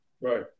Right